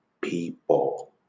people